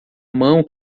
mão